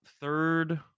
third